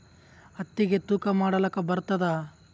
ಹತ್ತಿಗಿ ತೂಕಾ ಮಾಡಲಾಕ ಬರತ್ತಾದಾ?